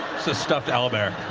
stuffed owlbear.